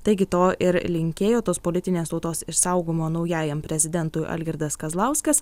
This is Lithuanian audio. taigi to ir linkėjo tos politinės tautos išsaugojimo naujajam prezidentui algirdas kazlauskas